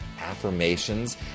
Affirmations